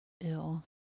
ill